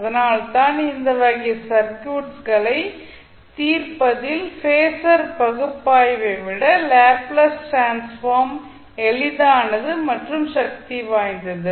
அதனால்தான் இந்த வகை சர்க்யூட்ஸ் களை தீர்ப்பதில் பேசர் பகுப்பாய்வை விட லேப்ளேஸ் டிரான்ஸ்ஃபார்ம் எளிதானது மற்றும் சக்தி வாய்ந்தது